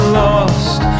lost